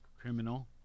criminal